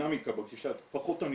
הדינאמיקה בגישה היא פחות ענישה,